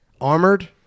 Armored